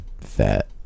fat